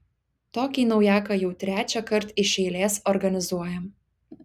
tokį naujaką jau trečiąkart iš eilės organizuojam